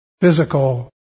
physical